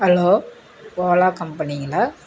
hello Ola கம்பெனிங்களா